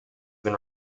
been